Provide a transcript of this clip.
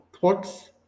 thoughts